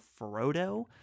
Frodo